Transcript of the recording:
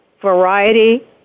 Variety